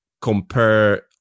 compare